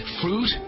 fruit